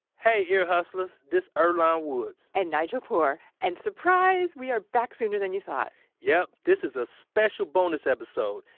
hey ear hustlers, this is earlonne woods, and nigel poor. and surprise! we are back sooner than you thought yup. this is a special bonus episode.